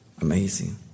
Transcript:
Amazing